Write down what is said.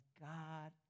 God